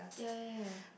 ya ya ya